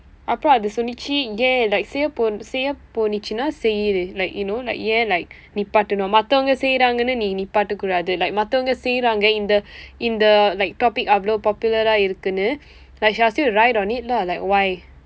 அப்புறம் அது சொன்னது ஏன்:appuram athu sonnathu een like செய்யப்போ செய்யப்போனதுனா செய்யு:seyyaponathu seyyapponathunaa seyyu like you like ஏன்:aen like நிப்பாட்டனும் மற்றவங்க செய்றாங்கன்னு நீ நிப்பாட்ட கூடாது:nippaatdannum marravangka seyraangkannu nii nippaatda kuudaathu like மற்றவங்க செய்றாங்க இந்த இந்த:marravangka seyraangka indtha indtha like topic அவ்வளவு:avvalvu popular-aa இருக்குன்னு:irukkunnu like she ask you to write on it lah like why